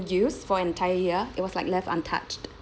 use for an entire year it was like left untouched